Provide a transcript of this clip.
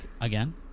again